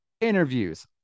Interviews